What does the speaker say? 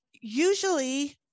usually